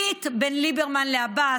ביט, בין ליברמן לעבאס,